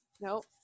nope